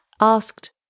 asked